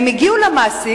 הם הגיעו למעסיק,